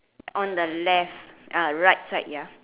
on the left ah right side ya